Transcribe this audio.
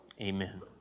Amen